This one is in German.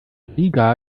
riga